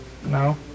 No